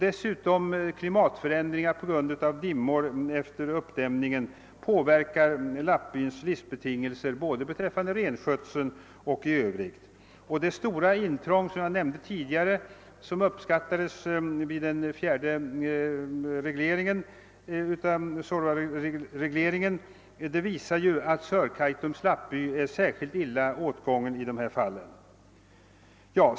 Dessutom påverkar klimatförändringar på grund av dimmor efter uppdämningen lappbyns livsbetingelser både beträffande :renskötseln och i övrigt. Det stora intrång, som jag tidigare nämnde och som uppskattades i samband med den fjärde Suorvaregleringen, visar att: Sörkaitums lappby är särskilt illa åtgången i dessa sammanhang.